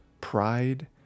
pride